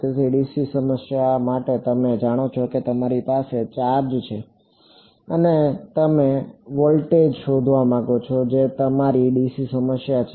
તેથી ડીસી સમસ્યા માટે તમે જાણો છો કે તમારી પાસે ચાર્જ છે અને તમે વોલ્ટેજ શોધવા માંગો છો જે તમારી ડીસી સમસ્યા છે